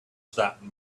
that